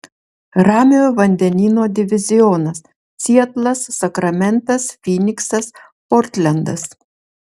ramiojo vandenyno divizionas sietlas sakramentas fyniksas portlendas